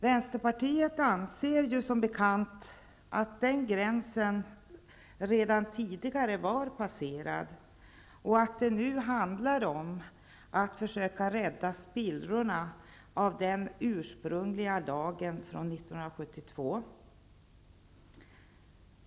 Vänsterpartiet anser ju som bekant att den gränsen redan tidigare var passerad och att det nu handlar om att försöka rädda spillrorna av den ursprungliga lagen från 1972.